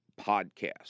podcast